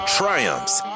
triumphs